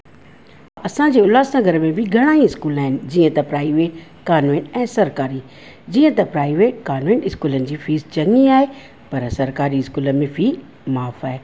असांजे उल्हासनगर में बि घणाई स्कूल आहिनि जीअं त प्राइवेट कॉन्वेंट ऐं सरकारी जीअं त प्राइवेट कॉन्वेंट स्कूलनि जी फीस चङी आहे पर सरकारी स्कूलनि में फी माफ़ु आहे